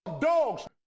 Dogs